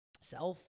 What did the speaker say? self